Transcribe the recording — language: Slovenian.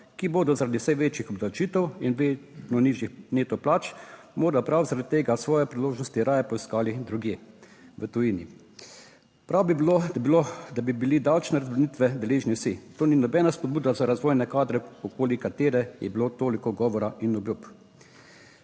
ki bodo zaradi vse večjih obdavčitev in vedno nižjih neto plač morda prav zaradi tega svoje priložnosti raje poiskali drugje v tujini. Prav bi bilo, da bi bili davčne razbremenitve deležni vsi. To ni nobena spodbuda za razvojne kadre, okoli katere je bilo toliko govora in obljub.